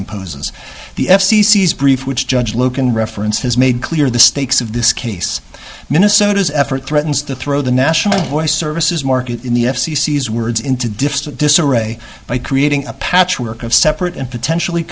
imposes the f c c brief which judge logan reference has made clear the stakes of this case minnesota's effort threatens to throw the national voice services market in the f c c as words into distant disarray by creating a patchwork of separate and potentially